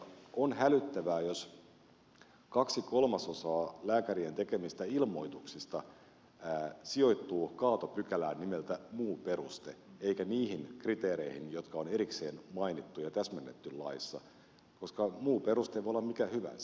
on hälyttävää jos kaksi kolmasosaa lääkärien tekemistä ilmoituksista sijoittuu kaatopykälään nimeltä muu peruste eikä niihin kriteereihin jotka on erikseen mainittu ja täsmennetty laissa koska muu peruste voi olla mikä hyvänsä